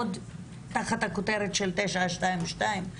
עוד תחת הכותרת של 922,